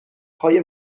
های